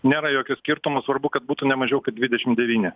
nėra jokio skirtumo svarbu kad būtų ne mažiau kaip dvidešim devyni